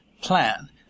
plan